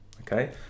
okay